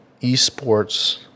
esports